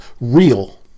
real